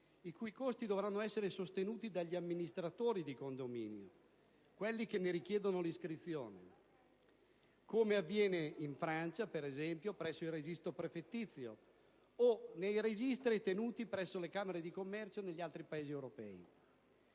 i cui costi dovranno essere sostenuti dagli amministratori di condominio, quelli che ne richiedono l'iscrizione, come avviene in Francia, per esempio, presso il registro prefettizio, o nei registri tenuti presso le camere di commercio in altri Paesi europei.